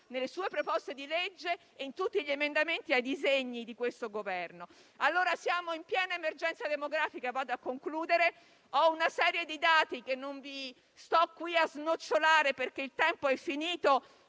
nelle sue proposte di legge e in tutti gli emendamenti ai disegni di legge del Governo. Siamo in piena emergenza demografica. Ho una serie di dati che non sto qui a snocciolare perché il tempo è finito,